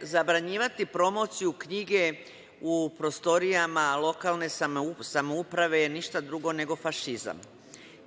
zabranjivati promociju knjige u prostorijama lokalne samouprave je ništa drugo nego fašizam.